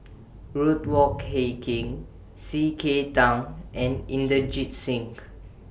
Ruth Wong Hie King C K Tang and Inderjit Singh